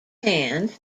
hand